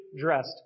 dressed